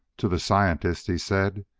to the scientist he said.